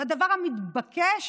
הדבר המתבקש